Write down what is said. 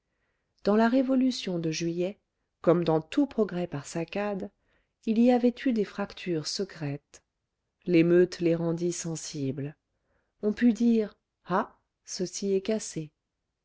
dans la révolution de juillet comme dans tout progrès par saccades il y avait eu des fractures secrètes l'émeute les rendit sensibles on put dire ah ceci est cassé